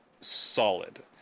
solid